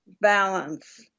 balance